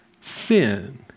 sin